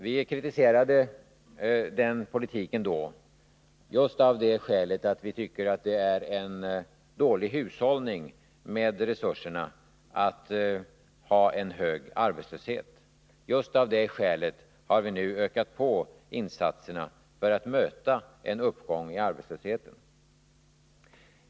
Vi kritiserade den politiken då, just av det skälet att vi tycker att det är en dålig hushållning med resurserna att ha en hög arbetslöshet, och därför har vi nu ökat på insatserna för att möta en uppgång i arbetslösheten.